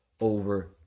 over